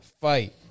fight